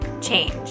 change